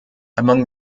among